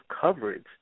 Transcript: coverage